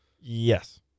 Yes